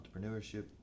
entrepreneurship